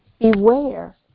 Beware